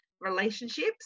relationships